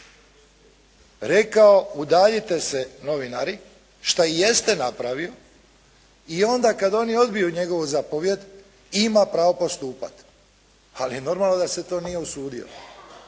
rekao udaljite se novinari, što i jeste napravio i onda kada oni odbiju njegovu zapovijed, ima pravo postupati. Ali normalno da se nije usudio,